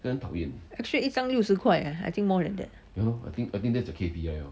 x-ray 一张六十块 leh I think more than that leh